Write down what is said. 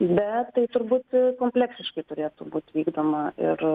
bet tai turbūt kompleksiškai turėtų būt vykdoma ir